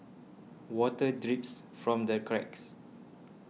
water drips from the cracks